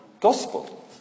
gospel